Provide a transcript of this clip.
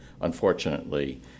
unfortunately